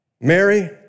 Mary